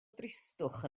dristwch